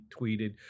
tweeted